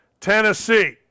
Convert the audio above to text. Tennessee